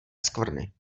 skvrny